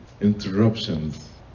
interruptions